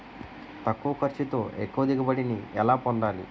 తక్కువ ఖర్చుతో ఎక్కువ దిగుబడి ని ఎలా పొందాలీ?